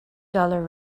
dollar